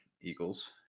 Eagles